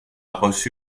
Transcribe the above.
reçu